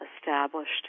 established